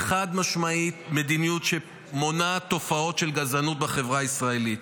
היא חד-משמעית מדיניות שמונעת תופעות של גזענות בחברה הישראלית,